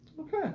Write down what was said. Okay